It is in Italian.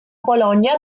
polonia